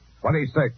twenty-six